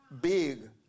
big